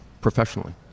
professionally